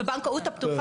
--- אבל תבדקו את זה.